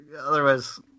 Otherwise